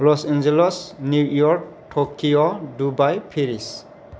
lost Angeles New York Tokyo Dubai Paris